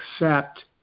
accept